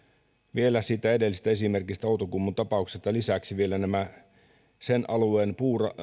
vielä siitä edellisestä esimerkistä outokummun tapauksesta lisäksi vielä sen alueen